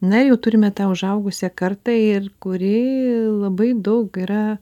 na jau turime tą užaugusią kartą ir kuri labai daug yra